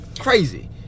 crazy